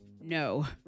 No